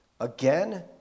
Again